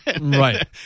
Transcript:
Right